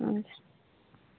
हुन्छ